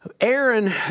Aaron